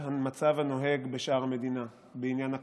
המצב הנוהג בשאר המדינה בעניין הקורונה.